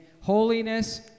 holiness